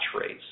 rates